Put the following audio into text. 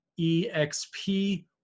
EXP